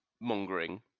mongering